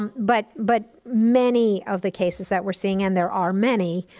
um but but many of the cases that we're seeing, and there are many,